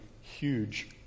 huge